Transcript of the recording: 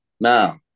Now